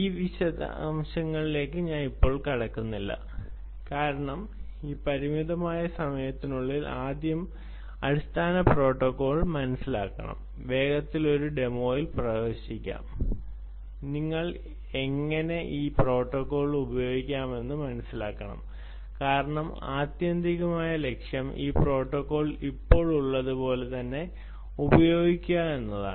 ആ വിശദാംശങ്ങളിലേക്ക് കടക്കില്ല കാരണം ഈ പരിമിതമായ സമയത്തിനുള്ളിൽ ആദ്യം അടിസ്ഥാന പ്രോട്ടോക്കോൾ മനസിലാക്കണം വേഗത്തിൽ ഒരു ഡെമോയിൽ പ്രവേശിക്കണം നിങ്ങൾക്ക് എങ്ങനെ ഈ പ്രോട്ടോക്കോൾ ഉപയോഗിക്കാമെന്ന് മനസിലാക്കണം കാരണം ആത്യന്തിക ലക്ഷ്യം ഈ പ്രോട്ടോക്കോൾ ഇപ്പോൾ ഉള്ളതുപോലെ തന്നെ ഉപയോഗിക്കുക എന്നതാണ്